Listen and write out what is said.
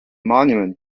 monument